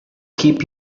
keep